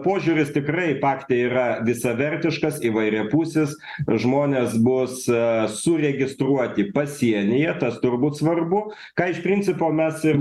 požiūris tikrai pakte yra visavertiškas įvairiapusis žmonės bus suregistruoti pasienyje tas turbūt svarbu ką iš principo mes ir